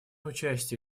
участие